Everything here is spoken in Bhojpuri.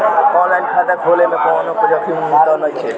आन लाइन खाता खोले में कौनो जोखिम त नइखे?